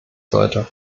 sollte